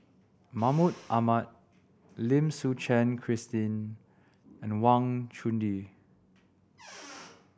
Mahmud Ahmad Lim Suchen Christine and Wang Chunde